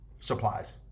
Supplies